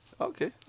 Okay